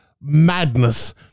madness